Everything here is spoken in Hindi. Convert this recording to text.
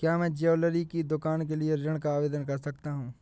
क्या मैं ज्वैलरी की दुकान के लिए ऋण का आवेदन कर सकता हूँ?